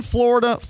Florida